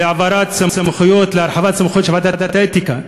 להעברת סמכויות, להרחבת סמכויות של ועדת האתיקה.